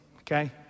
okay